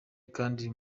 akandi